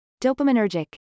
Dopaminergic